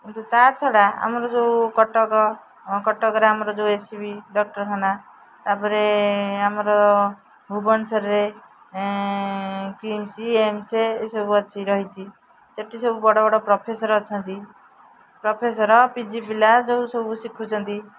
କିନ୍ତୁ ତା' ଛଡ଼ା ଆମର ଯେଉଁ କଟକ କଟକରେ ଆମର ଯେଉଁ ଏସ୍ ସି ବି ଡକ୍ଟରଖାନା ତାପରେ ଆମର ଭୁବନେଶ୍ୱରରେ କିମ୍ସ ଏମ୍ସ ଏସବୁ ଅଛି ରହିଛି ସେଠି ସବୁ ବଡ଼ ବଡ଼ ପ୍ରଫେସର୍ ଅଛନ୍ତି ପ୍ରଫେସର୍ ପି ଜି ପିଲା ଯେଉଁ ସବୁ ଶିଖୁଛନ୍ତି